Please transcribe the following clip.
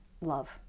love